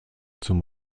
zum